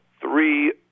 three